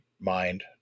mind